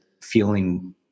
feeling